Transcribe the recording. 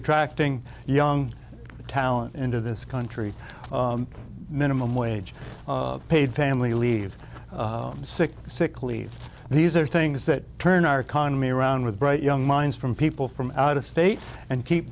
attracting young talent into this country minimum wage paid family leave sick sick leave these are things that turn our economy around with bright young minds from people from out of state and keep